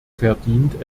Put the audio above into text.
verdient